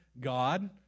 God